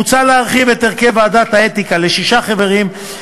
מוצע להרחיב את הרכב ועדת האתיקה לשישה חברים,